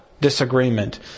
disagreement